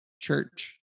Church